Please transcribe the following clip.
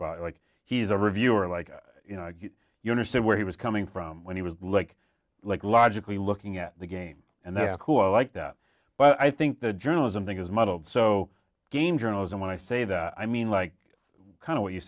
games like he's a reviewer like you know you understand where he was coming from when he was like like logically looking at the game and then cool like that but i think the journalism thing is muddled so again journalism when i say that i mean like kind of what you